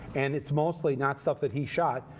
and it's mostly not stuff that he shot,